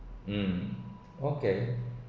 um okay